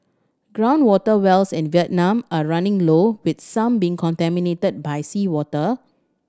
ground water wells in Vietnam are running low with some being contaminated by seawater